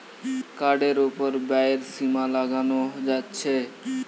কার্ডের উপর ব্যয়ের সীমা লাগানো যাচ্ছে